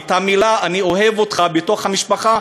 המילה "אני אוהב אותך" בתוך המשפחה,